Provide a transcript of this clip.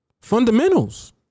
fundamentals